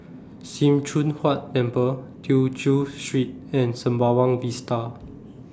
SIM Choon Huat Temple Tew Chew Street and Sembawang Vista